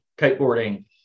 kiteboarding